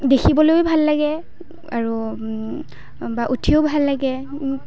দেখিবলৈও ভাল লাগে আৰু বা উঠিও ভাল লাগে